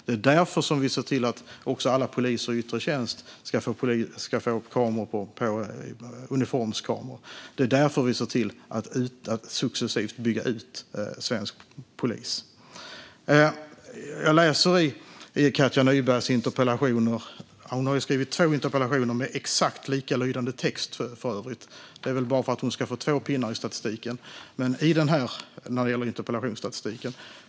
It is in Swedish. Det är därför vi ser till att alla poliser i yttre tjänst ska få uniformskameror. Det är därför vi ser till att successivt bygga ut svensk polis. Katja Nyberg har skrivit två interpellationer med exakt likalydande text. Det är väl bara för att hon ska få två pinnar i interpellationsstatistiken.